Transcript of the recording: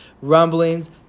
rumblings